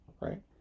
right